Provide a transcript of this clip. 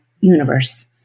universe